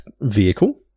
vehicle